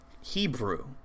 hebrew